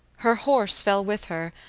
her horse fell with her,